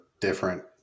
different